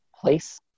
place